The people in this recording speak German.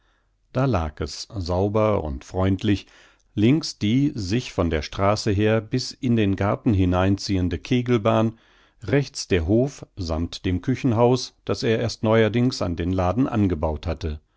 da lag es sauber und freundlich links die sich von der straße her bis in den garten hineinziehende kegelbahn rechts der hof sammt dem küchenhaus das er erst neuerdings an den laden angebaut hatte